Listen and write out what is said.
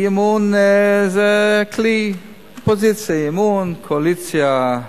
אי-אמון זה כלי: אופוזיציה, אי-אמון, קואליציה,